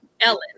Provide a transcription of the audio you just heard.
Ellen